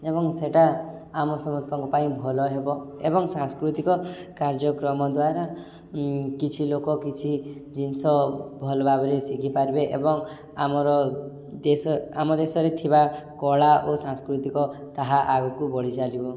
ଏବଂ ସେଇଟା ଆମ ସମସ୍ତଙ୍କ ପାଇଁ ଭଲ ହେବ ଏବଂ ସାଂସ୍କୃତିକ କାର୍ଯ୍ୟକ୍ରମ ଦ୍ୱାରା କିଛି ଲୋକ କିଛି ଜିନିଷ ଭଲ ଭାବରେ ଶିଖିପାରିବେ ଏବଂ ଆମର ଦେଶ ଆମ ଦେଶରେ ଥିବା କଳା ଓ ସାଂସ୍କୃତିକ ତାହା ଆଗକୁ ବଢ଼ି ଚାଲିବ